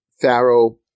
Pharaoh